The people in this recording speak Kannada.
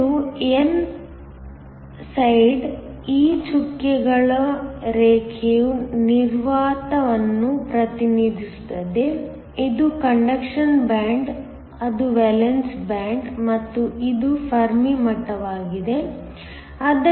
ಇದು ನನ್ನ n ಸೈಡ್ ಈ ಚುಕ್ಕೆಗಳ ರೇಖೆಯು ನಿರ್ವಾತವನ್ನು ಪ್ರತಿನಿಧಿಸುತ್ತದೆ ಇದು ಕಂಡಕ್ಷನ್ ಬ್ಯಾಂಡ್ ಅದು ವೇಲೆನ್ಸ್ ಬ್ಯಾಂಡ್ ಮತ್ತು ಇದು ಫೆರ್ಮಿ ಮಟ್ಟವಾಗಿದೆ